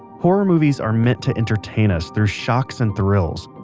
horror movies are meant to entertain us through shocks and thrills,